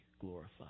glorified